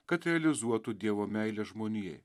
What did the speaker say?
kad realizuotų dievo meilę žmonijai